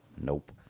Nope